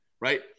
right